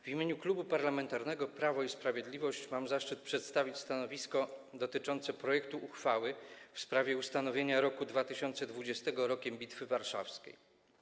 W imieniu Klubu Parlamentarnego Prawo i Sprawiedliwość mam zaszczyt przedstawić stanowisko dotyczące projektu uchwały w sprawie ustanowienia roku 2020 Rokiem Bitwy Warszawskiej.